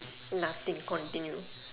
nothing continue